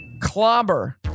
Clobber